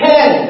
Ten